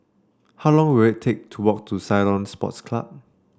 how long will it take to walk to Ceylon Sports Club